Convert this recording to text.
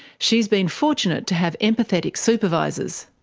she has been fortunate to have empathetic supervisors.